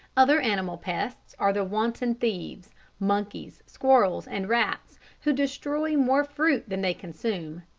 other animal pests are the wanton thieves monkeys, squirrels and rats, who destroy more fruit than they consume.